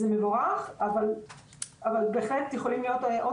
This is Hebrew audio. זה מבורך אבל בהחלט יכולים להיות עוד